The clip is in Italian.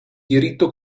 diritto